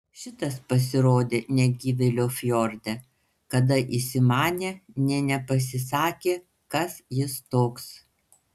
šitas pasirodė negyvėlio fjorde kada įsimanė nė nepasisakė kas jis toks